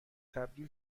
تبدیل